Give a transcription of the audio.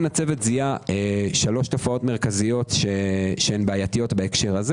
הצוות זיהה שלוש תופעות מרכזיות שבעייתיות בהקשר הזה